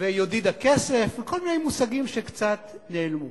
ויודיד הכסף, כל מיני מושגים שקצת נעלמו.